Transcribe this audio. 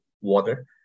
water